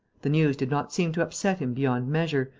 the news did not seem to upset him beyond measure,